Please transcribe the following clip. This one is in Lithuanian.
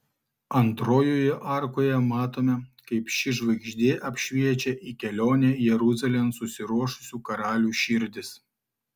antrojoje arkoje matome kaip ši žvaigždė apšviečia į kelionę jeruzalėn susiruošusių karalių širdis